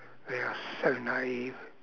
they are so naive